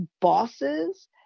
bosses